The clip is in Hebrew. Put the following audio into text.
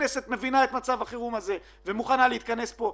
כשהכנסת מבינה את מצב החירום הזה ומוכנה להתכנס פה,